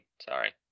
sorry